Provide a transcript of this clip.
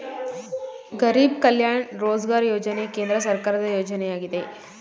ಗರಿಬ್ ಕಲ್ಯಾಣ ರೋಜ್ಗಾರ್ ಯೋಜನೆ ಕೇಂದ್ರ ಸರ್ಕಾರದ ಯೋಜನೆಯಾಗಿದೆ